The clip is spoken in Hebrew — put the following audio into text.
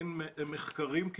אין כמעט מחקרים.